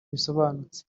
bisobanutse